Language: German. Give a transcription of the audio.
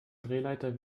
drehleiter